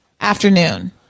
afternoon